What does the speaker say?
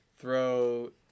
throw